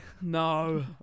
No